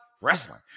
wrestling